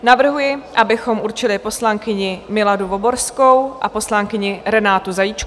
Navrhuji, abychom určili poslankyni Miladu Voborskou a poslankyni Renátu Zajíčkovou.